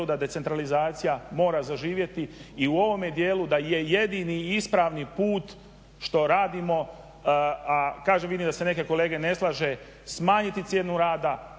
da decentralizacija mora zaživjeti i u ovome dijelu da je jedini i ispravni put što radimo, a kažem, vidim da se neki kolege ne slažu smanjiti cijenu rada,